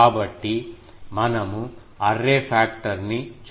కాబట్టి మనము array factor ని చూడవచ్చు